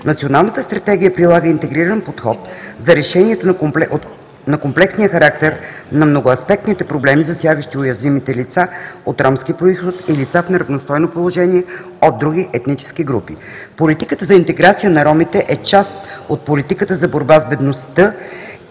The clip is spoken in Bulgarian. Националната стратегия прилага интегриран подход за решаването на комплексния характер на многоаспектните проблеми, засягащи уязвимите лица от ромски произход и лица в неравностойно положение от други етнически групи. Политиката за интеграция на ромите е част от политиката за борбата с бедността